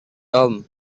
tom